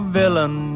villain